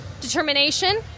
determination